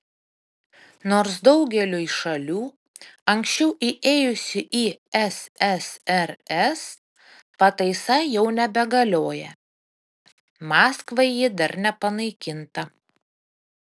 nors daugeliui šalių anksčiau įėjusių į ssrs pataisa jau nebegalioja maskvai ji dar nepanaikinta